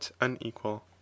unequal